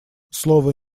слово